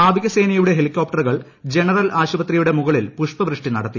നാവികസേനയുടെ ഹെലികോപ്ടറുകൾ ജനറൽ ആശുപത്രിയുടെ മുകളിൽ പുഷ്പ വൃഷ്ടി നടത്തി